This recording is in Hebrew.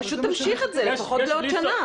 פשוט תמשיך את זה לפחות לעוד שנה.